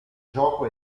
gioco